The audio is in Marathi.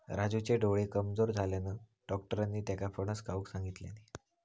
राजूचे डोळे कमजोर झाल्यानं, डाक्टरांनी त्येका फणस खाऊक सांगितल्यानी